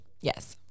Yes